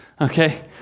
Okay